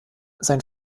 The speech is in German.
sein